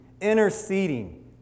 interceding